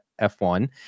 F1